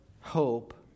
hope